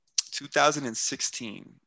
2016